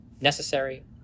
necessary